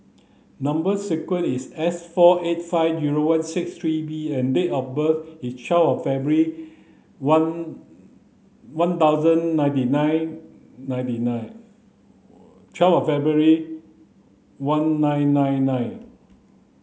number sequence is S four eight five zero one six three B and date of birth is twelve February one one thousand ninety nine ninety nine twelve February one nine nine nine